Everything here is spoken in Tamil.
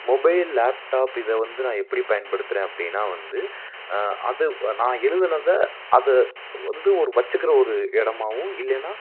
மொபைல் லேப்டாப் இதை வந்து நான் எப்படி பயன்படுத்துகிறேன் அப்படினா வந்து அது நான் எழுதினத அதை வந்து ஒரு வச்சுக்கிற ஒரு இடமாவும் இல்லைனா